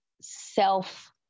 self